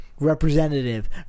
Representative